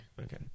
Okay